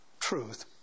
truth